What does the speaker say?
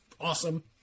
awesome